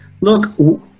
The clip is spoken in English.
Look